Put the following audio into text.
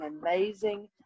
amazing